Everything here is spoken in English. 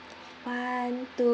one two